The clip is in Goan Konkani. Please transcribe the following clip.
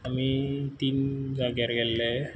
आमी तीन जाग्यार गेल्ले